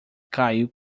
caiu